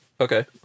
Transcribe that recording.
okay